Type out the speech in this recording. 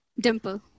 Dimple